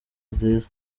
nziza